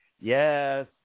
yes